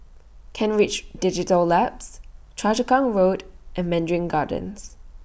Kent Ridge Digital Labs Choa Chu Kang Road and Mandarin Gardens